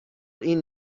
این